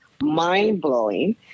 mind-blowing